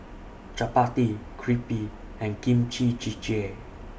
Chapati Crepe and Kimchi Jjigae